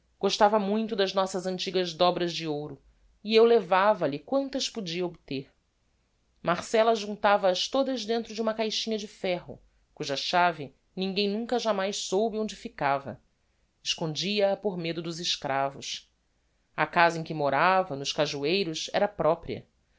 gostava muito das nossas antigas dobras de ouro e eu levava-lhe quantas podia obter marcella juntava as todas dentro de uma caixinha de ferro cuja chave ninguem nunca jámais soube onde ficava escondia a por medo dos escravos a casa em que morava nos cajueiros era propria